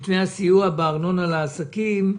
מתווה הסיוע בארנונה לעסקים,